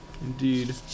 Indeed